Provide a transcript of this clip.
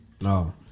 No